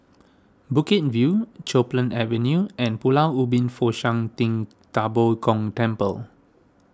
Bukit View Copeland Avenue and Pulau Ubin Fo Shan Ting Da Bo Gong Temple